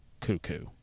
cuckoo